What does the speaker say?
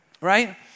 Right